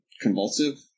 Convulsive